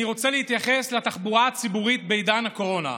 אני רוצה להתייחס לתחבורה הציבורית בעידן הקורונה.